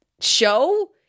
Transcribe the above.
show